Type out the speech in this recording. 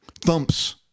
Thumps